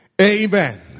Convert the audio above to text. amen